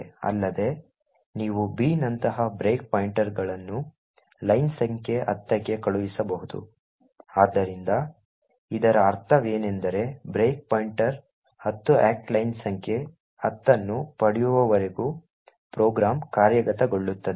ಅಲ್ಲದೆ ನೀವು b ನಂತಹ ಬ್ರೇಕ್ ಪಾಯಿಂಟ್ಗಳನ್ನು ಲೈನ್ ಸಂಖ್ಯೆ 10 ಕ್ಕೆ ಕಳುಹಿಸಬಹುದು ಆದ್ದರಿಂದ ಇದರ ಅರ್ಥವೇನೆಂದರೆ ಬ್ರೇಕ್ ಪಾಯಿಂಟ್ 10 ಆಕ್ಟ್ ಲೈನ್ ಸಂಖ್ಯೆ 10 ಅನ್ನು ಪಡೆಯುವವರೆಗೆ ಪ್ರೋಗ್ರಾಂ ಕಾರ್ಯಗತಗೊಳ್ಳುತ್ತದೆ